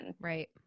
right